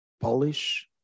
Polish